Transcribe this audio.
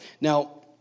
Now